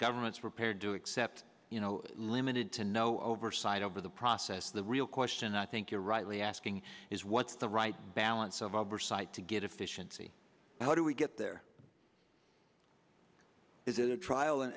government's repaired do except you know limited to no oversight over the process the real question i think you're right lee asking is what's the right balance of oversight to get efficiency how do we get there is it a trial and